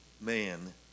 man